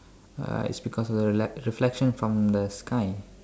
uh it's because of the re~ reflection from the sky